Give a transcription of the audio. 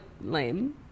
lame